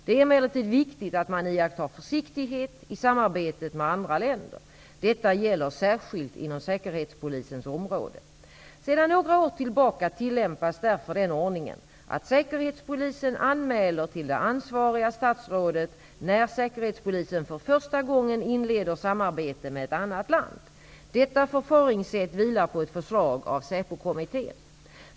Det är emellertid viktigt att man iakttar försiktighet i samarbetet med andra länder. Detta gäller särskilt inom Säkerhetspolisens område. Sedan några år tillbaka tillämpas därför den ordningen att Säkerhetspolisen anmäler till det ansvariga statsrådet när Säkerhetspolisen för första gången inleder samarbete med ett annat land. Detta förfaringssätt vilar på ett förslag av Säpokommittén.